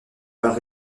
par